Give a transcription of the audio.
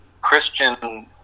Christian